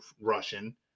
Russian